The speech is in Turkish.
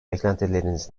beklentileriniz